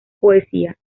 poesía